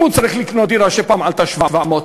אם הוא צריך לקנות דירה שפעם עלתה 700,000,